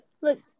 Look